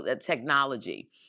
technology